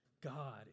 God